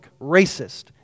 racist